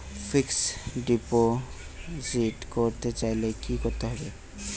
Fixed deposit করতে চাইলে কি করতে হবে?